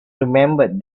remembered